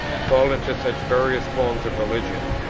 fall into such various forms of religion,